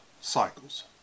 cycles